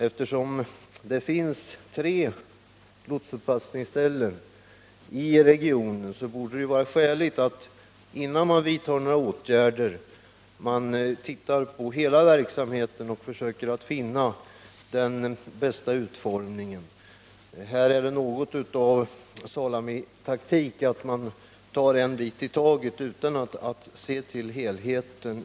Eftersom det finns tre lotsupppassningsställen i regionen borde det vara skäligt att man innan några åtgärder vidtas ser över hela verksamheten och försöker finna den bästa utformningen. Det man här gör är något av salamitaktik, dvs. man tar en bit i taget utan att se till helheten.